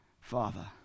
Father